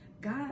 God